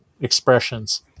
expressions